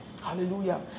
Hallelujah